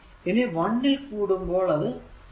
ഇനി 1ൽ കൂടുമ്പോൾ അത് 3 t 2 ആണ്